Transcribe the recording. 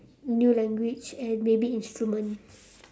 new language and maybe instrument